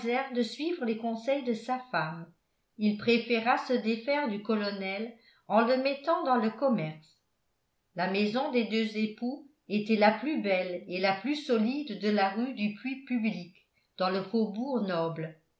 de suivre les conseils de sa femme il préféra se défaire du colonel en le mettant dans le commerce la maison des deux époux était la plus belle et la plus solide de la rue du puits public dans le faubourg noble